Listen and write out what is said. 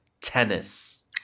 tennis